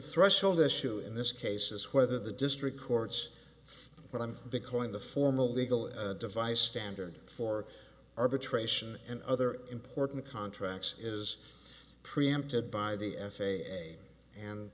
threshold issue in this case is whether the district courts but i'm becoming the formal legal device standard for arbitration and other important contracts is preempted by the f a a and